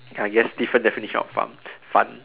okay I guess different definition of fun fun